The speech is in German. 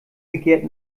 begehrt